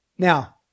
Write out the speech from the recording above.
Now